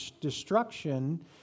destruction